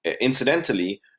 incidentally